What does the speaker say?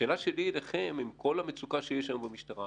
השאלה שלי אליכם, עם כל המצוקה שיש היום במשטרה,